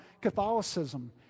Catholicism